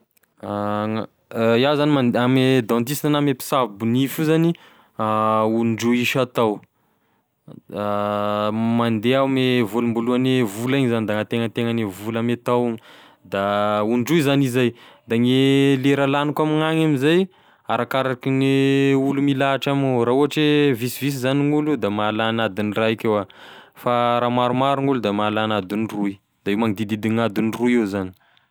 Gn- iaho zany mand- ame dentista na ame mpisabo nify io zany ondroy isan-tao mandeha iaho ame volomboalohagne vola igny zany da any antenantegnane vola ame tao igny, da ondroy zany izy zay da gne lera lagniko amignagny amzay da arakaraky gne olo milahatra amignao raha ohatry hoe visivisy zagny gn'olo da mahalany adiny raiky eo ah fa raha maromaro gn'olo da mahalagny adiny roy, da io magnodidididigny adiny roy eo zany.